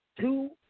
two